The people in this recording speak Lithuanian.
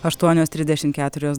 aštuonios trisdešimt keturios